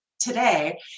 today